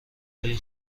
های